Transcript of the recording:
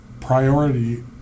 priority